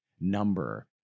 number